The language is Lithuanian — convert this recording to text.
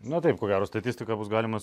na taip ko gero statistiką bus galima